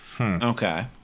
Okay